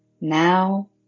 Now